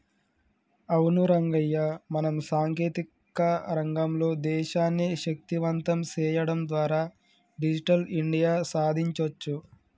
అవును రంగయ్య మనం సాంకేతిక రంగంలో దేశాన్ని శక్తివంతం సేయడం ద్వారా డిజిటల్ ఇండియా సాదించొచ్చు